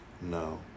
No